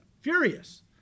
furious